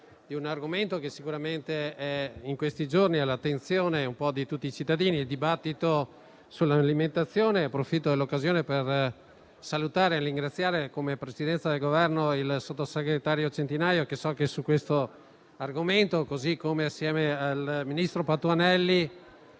di un argomento che sicuramente, in questi giorni, è all'attenzione un po' di tutti i cittadini, e cioè il dibattito sull'alimentazione. Approfitto dell'occasione per salutare e ringraziare, in rappresentanza del Governo, il sottosegretario Centinaio, che su questo argomento, insieme al ministro Patuanelli,